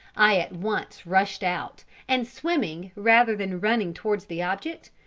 i at once rushed out, and swimming rather than running towards the object,